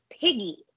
Piggy